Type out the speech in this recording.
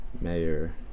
mayor